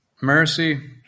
mercy